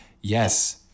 Yes